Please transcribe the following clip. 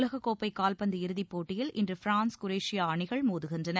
உலகக்கோப்பை கால்பந்து இறுதிப்போட்டியில் இன்று பிரான்ஸ் குரேஷியா அணிகள் மோதுகின்றன